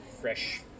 fresh